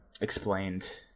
explained